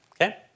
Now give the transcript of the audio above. Okay